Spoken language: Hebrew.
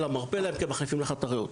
לה מרפא אלא אם כן מחליפים לך את הריאות,